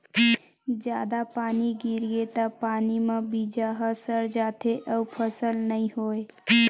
जादा पानी गिरगे त पानी म बीजा ह सर जाथे अउ फसल नइ होवय